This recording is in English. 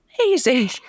amazing